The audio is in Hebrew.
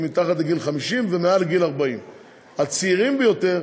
כי הם מתחת לגיל 50 ומעל גיל 40. הצעירים ביותר,